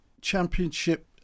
Championship